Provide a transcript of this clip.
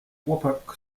chłopak